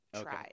tried